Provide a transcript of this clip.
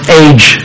age